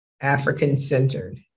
African-centered